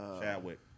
Chadwick